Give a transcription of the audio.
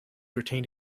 retained